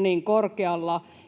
Ne ovat